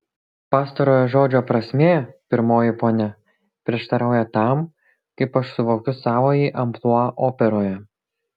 pastarojo žodžio prasmė pirmoji ponia prieštarauja tam kaip aš suvokiu savąjį amplua operoje